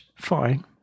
fine